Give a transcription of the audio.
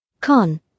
Con